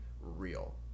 real